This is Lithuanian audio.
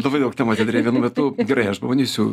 labai daug temų atidarei vienu metu gerai aš pabandysiu